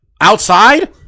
outside